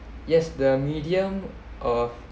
yes the medium of